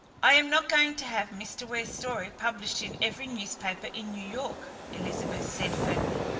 i am not going to have mr. ware's story published in every newspaper in new york, elizabeth said firmly,